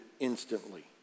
Instantly